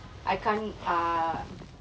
I can't err